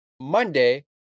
Monday